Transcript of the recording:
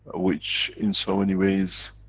which, in so many ways,